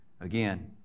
Again